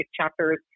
chapters